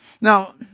Now